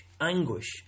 anguish